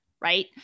right